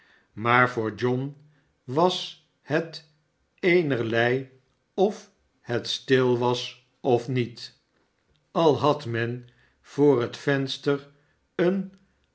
maar voor john was het eenerlei of het stil was of niet al had men voor het venster eene